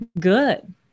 good